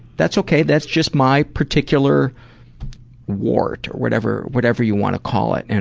that's okay, that's just my particular wart. or whatever whatever you want to call it. and